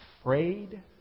afraid